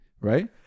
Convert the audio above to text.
Right